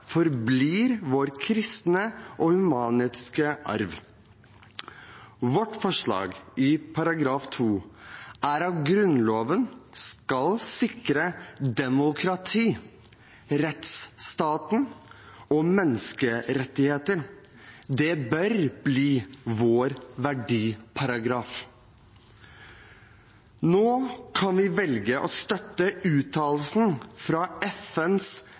forblir vår kristne og humanistiske arv. Vårt forslag til § 2 er: «Denne grunnlov skal sikre demokratiet, rettsstaten og menneskerettighetene.» Det bør bli vår verdiparagraf. Nå kan vi velge å støtte uttalelsen fra FNs